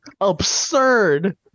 absurd